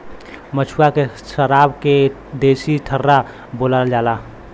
महुआ के सराब के देसी ठर्रा बोलल जाला